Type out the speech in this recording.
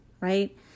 right